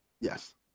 Yes